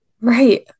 right